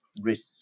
risk